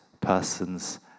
person's